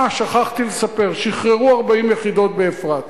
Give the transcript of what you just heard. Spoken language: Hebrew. אה, שכחתי לספר, שחררו 40 יחידות באפרת.